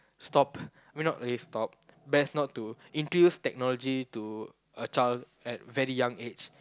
stop I mean not really stop best not to introduce technology to a child at very young age